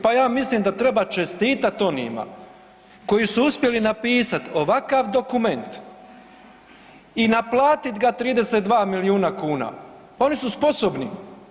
Pa ja mislim da treba čestita onima koji su uspjeli napisati ovakav dokument i naplatiti ga 32 milijuna kuna, oni su sposobni.